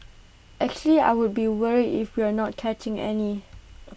actually I would be worried if we're not catching any